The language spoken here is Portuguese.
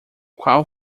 qual